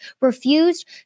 refused